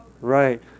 right